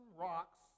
rocks